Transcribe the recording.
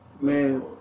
Man